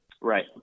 Right